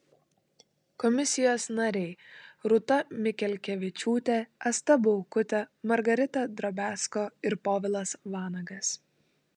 komisijos nariai rūta mikelkevičiūtė asta baukutė margarita drobiazko ir povilas vanagas